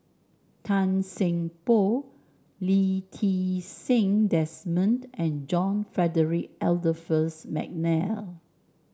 Tan Seng Poh Lee Ti Seng Desmond and John Frederick Adolphus McNair